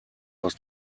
aus